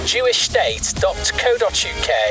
Jewishstate.co.uk